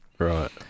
Right